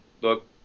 look